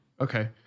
Okay